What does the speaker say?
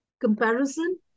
comparison